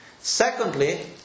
Secondly